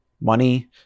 money